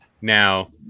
Now